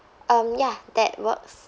um ya that works